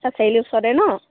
চাৰিআলিৰ ওচৰতে ন